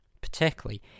particularly